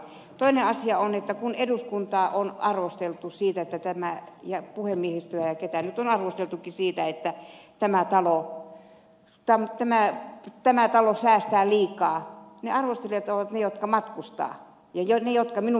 toinen asia on että kun eduskuntaa on arvosteltu ja puhemiehistöä ja ketä nyt on arvosteltukin siitä että tämä talo säästää liikaa niin ne arvostelijat ovat niitä jotka matkustavat ja niitä jotka minun mielestäni matkustavat liikaa